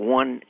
one